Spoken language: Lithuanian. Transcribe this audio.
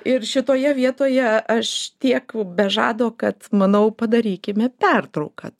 ir šitoje vietoje aš tiek be žado kad manau padarykime pertrauką